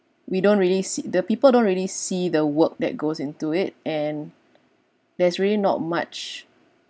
we don't really see the people don't really see the work that goes into it and there's really not much